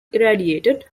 irradiated